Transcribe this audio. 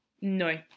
No